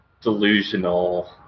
delusional